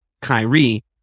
Kyrie